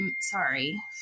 sorry